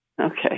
Okay